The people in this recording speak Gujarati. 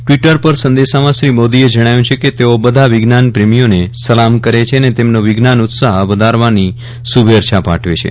ટવીટર પર સંદેશામાં શ્રી મોદીએ જજ્ઞાવ્યું છે કે તેઓ બધા વિજ્ઞાન પ્રેમીઓને સલામ કરે છે અને તેમનો વિજ્ઞાન ઉત્સાહ વધારવાની શ્રુભેચ્છા પાઠવે છે